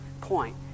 point